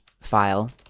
file